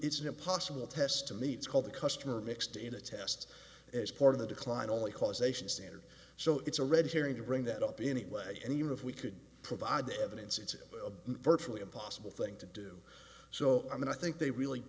it's impossible to test to meet called the customer mixed in a test as part of the decline only causation standard so it's a red herring to bring that up anyway and even if we could provide the evidence it's virtually impossible thing to do so i mean i think they really